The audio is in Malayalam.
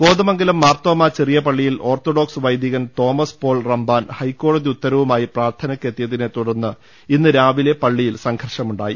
കോ്തമംഗലം മാർത്തോമ്മ ചെറിയ പള്ളിയിൽ ഓർത്തഡോക്സ് വൈദികൻ തോമസ് പോൾ റമ്പാൻ ഹൈക്കോടതി ഉത്തരവുമായി പ്രാർത്ഥനയ്ക്ക് എത്തിയതിനെ തുടർന്ന് ഇന്നു രാവിലെ പള്ളിയിൽ സംഘർഷ മുണ്ടായി